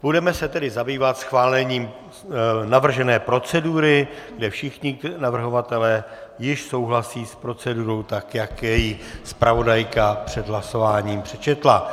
Budeme se tedy zabývat schválením navržené procedury, kde všichni navrhovatelé již souhlasí s procedurou, tak jak ji zpravodajka před hlasováním přečetla.